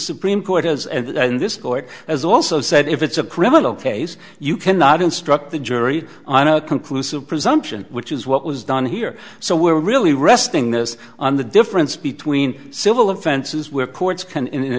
has also said if it's a criminal case you cannot instruct the jury on a conclusive presumption which is what was done here so we're really resting this on the difference between civil offenses where